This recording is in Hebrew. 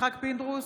יצחק פינדרוס,